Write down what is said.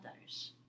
others